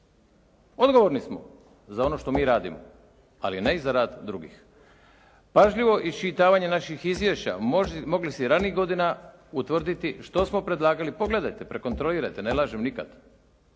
Odgovorni smo za ono što mi radimo, ali ne i za rad drugih. Pažljivo iščitavanje naših izvješća moglo se i ranijih godina utvrditi što smo predlagali, pogledajte, prekontrolirajte, ne lažem nikad,